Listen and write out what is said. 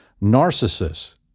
Narcissus